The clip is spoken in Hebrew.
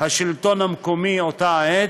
השלטון המקומי באותה עת,